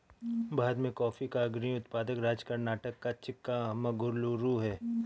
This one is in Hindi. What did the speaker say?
भारत में कॉफी का अग्रणी उत्पादक राज्य कर्नाटक का चिक्कामगलूरू है